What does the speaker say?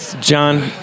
John